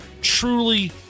Truly